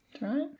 right